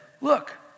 look